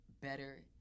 better